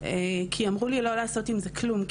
כי אמרו לי לא לעשות עם זה כלום,